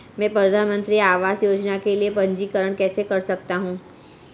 मैं प्रधानमंत्री आवास योजना के लिए पंजीकरण कैसे कर सकता हूं?